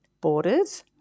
Borders